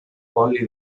fondly